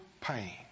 pain